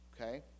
okay